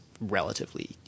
relatively